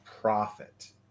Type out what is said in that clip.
profit